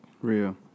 Real